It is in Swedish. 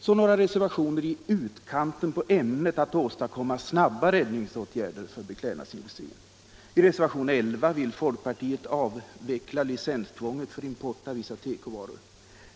Så några reservationer i utkanten på ämnet, dvs. att åstadkomma snabbt verkande räddningsåtgärder för beklädnadsindustrin. I reservationen 11 vill folkpartiet avveckla licenstvånget. för import av vissa tekovaror.